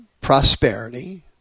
prosperity